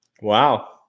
Wow